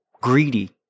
greedy